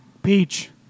Peach